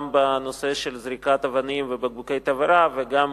גם בנושא של זריקת אבנים ובקבוקי תבערה וגם